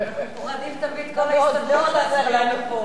1 לא נתקבלה.